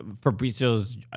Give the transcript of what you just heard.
Fabrizio's